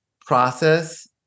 process